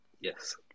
Yes